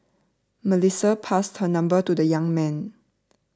Melissa passed her number to the young man